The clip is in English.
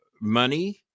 money